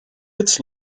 kids